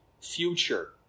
future